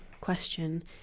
question